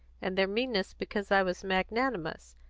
and their meanness because i was magnanimous,